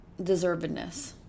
deservedness